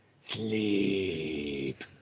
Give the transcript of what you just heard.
sleep